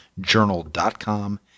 Journal.com